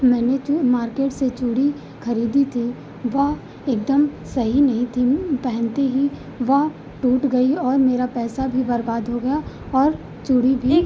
मैंने जो मार्केट से चूड़ी खरीदी थी वह एकदम सही नहीं थी पहनते ही वह टूट गई और मेरा पैसा भी बर्बाद हो गया और चूड़ी भी